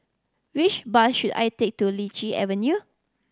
which bus should I take to Lichi Avenue